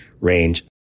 range